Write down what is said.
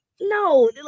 no